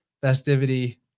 festivity